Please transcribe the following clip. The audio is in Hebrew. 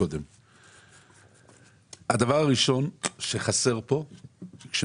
הדבר הראשון שחסר כאן,